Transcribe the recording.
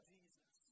Jesus